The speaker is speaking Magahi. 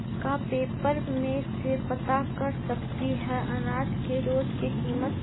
का पेपर में से पता कर सकती है अनाज के रोज के किमत?